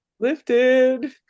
lifted